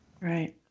Right